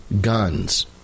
guns